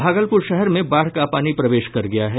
भागलपुर शहर में बाढ़ का पानी प्रवेश कर गया है